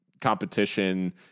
competition